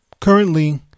currently